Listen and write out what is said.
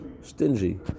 stingy